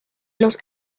los